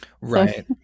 Right